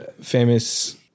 famous